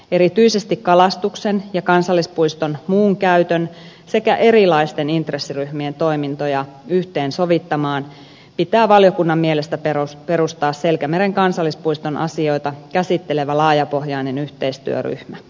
erityisesti kalastuksen ja kansallispuiston muun käytön sekä erilaisten intressiryhmien toimintoja yhteensovittamaan pitää valiokunnan mielestä perustaa selkämeren kansallispuiston asioita käsittelevä laajapohjainen yhteistyöryhmä